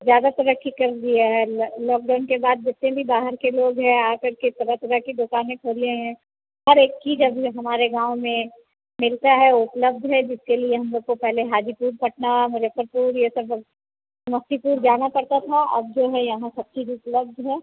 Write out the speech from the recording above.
ज़्यादा तरक्की कर लिया है लॉकडाउन के बाद जितने भी बाहर के लोग हैं आकर के तरह तरह के दुकाने खोले हैं हर एक चीज़ अभी हमारे गाँव में मिलता है उपलब्ध है जिसके लिए हम लोग को पहले हाजीपुर पटना मुजफ्फरपुर ये सब समस्तीपुर जाना पड़ता था अब जो है यहाँ सब चीज़ उपलब्ध है